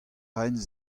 raen